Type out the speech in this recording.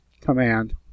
command